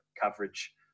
coverage